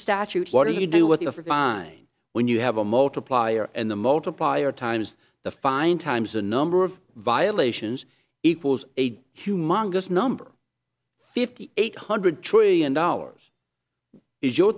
statute what do you do with your fine when you have a multiplier and the multiplier times the fine times the number of violations equals a humongous number fifty eight hundred trillion dollars is your